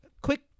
quick